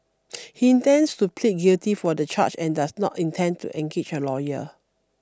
he intends to plead guilty for the charge and does not intend to engage a lawyer